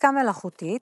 עסקה מלאכותית